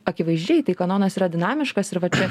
akivaizdžiai tai kanonas yra dinamiškas ir va čia